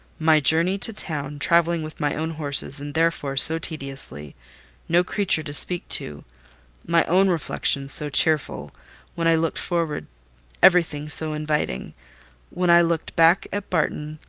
my journey to town travelling with my own horses, and therefore so tediously no creature to speak to my own reflections so cheerful when i looked forward every thing so inviting when i looked back at barton,